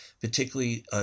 particularly